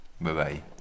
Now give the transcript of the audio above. Bye-bye